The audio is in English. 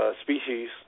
species